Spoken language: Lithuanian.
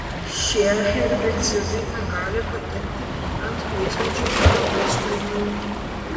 šie herbicidai negali patekti ant vaismedžių ar vaiskrūmių